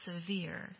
severe